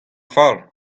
fall